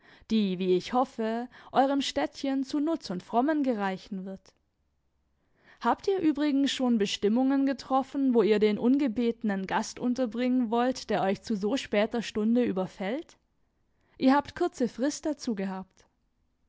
die wie ich hoffe eurem städtchen zu nutz und frommen gereichen wird habt ihr übrigens schon bestimmungen getroffen wo ihr den ungebetenen gast unterbringen wollt der euch zu so später stunde überfällt ihr habt kurze frist dazu gehabt